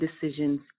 decisions